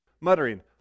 muttering